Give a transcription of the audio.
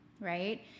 Right